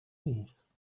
نیست